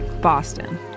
Boston